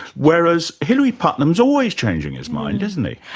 whereas hilary putnam's always changing his mind, isn't he?